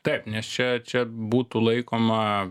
taip nes čia čia būtų laikoma